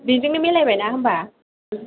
बिदिनो मिलायबायना होनबा